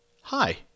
Hi